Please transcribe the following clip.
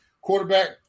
quarterback